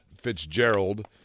Fitzgerald